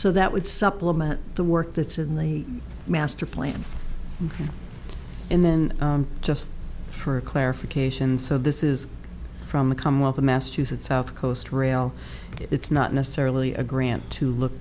so that would supplement the work that's in the master plan and then just for clarification so this is from the commonwealth of massachusetts south coast rail it's not necessarily a grant to look